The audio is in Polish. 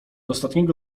ostatniego